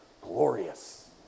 glorious